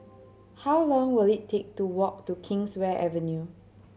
how long will it take to walk to Kingswear Avenue